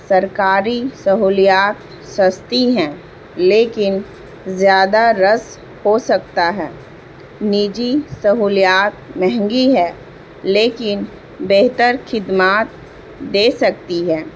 سرکاری سہولیات سستی ہیں لیکن زیادہ رس ہو سکتا ہے نجی سہولیات مہنگی ہے لیکن بہتر خدمات دے سکتی ہے